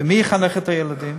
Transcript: ומי יחנך את הילדים?